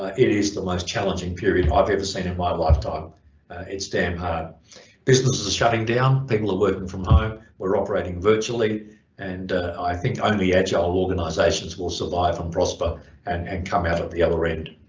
ah it is the most challenging period i've ever seen in my lifetime it's damn hard businesses are shutting down, people are working from home, we're operating virtually and i think only agile organisations will survive and prosper and and come out the other end.